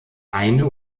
eine